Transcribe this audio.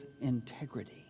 integrity